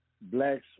blacks